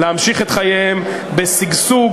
שם את חייהם בשגשוג